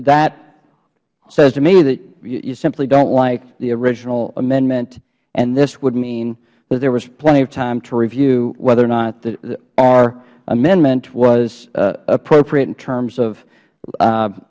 that says to me that you simply dont like the original amendment and this would mean that there was plenty of time to review whether or not our amendment was appropriate in terms of